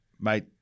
mate